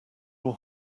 were